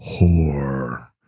whore